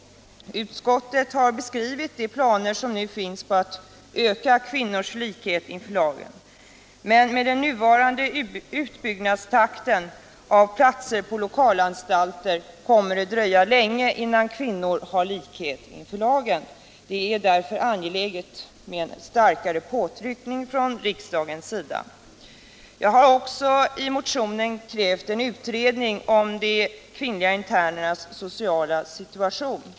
Utskottet har beskrivit de planer 12 maj 1977 som nu finns på att öka kvinnors likhet inför lagen. Men medden nu-—— varande utbyggnadstakten av platser på lokalanstalter kommer det att — Anslag till kriminaldröja länge innan kvinnor har likhet inför lagen. Det är därför angeläget — vården med en starkare påtryckning från riksdagens sida. Jag har också i motionen krävt en utredning om de kvinnliga internernas sociala situation.